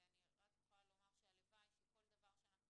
אני רק יכולה לומר שהלוואי שכל דבר שאנחנו